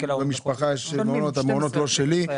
במשפחה יש מעונות, המעונות לא שלי.